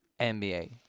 NBA